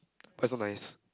but is so nice